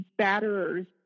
batterer's